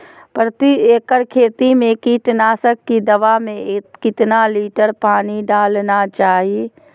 प्रति एकड़ खेती में कीटनाशक की दवा में कितना लीटर पानी डालना चाइए?